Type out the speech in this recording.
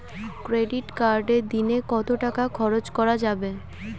Credit কার্ডে দিনে কত টাকা খরচ করা যাবে?